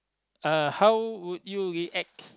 uh how would you react